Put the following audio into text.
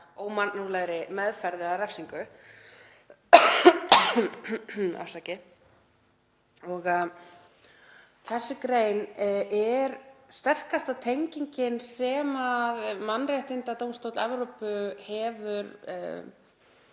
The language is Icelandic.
ómannúðlegri meðferð eða refsingu. Þessi grein er sterkasta tengingin sem Mannréttindadómstóll Evrópu hefur